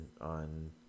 on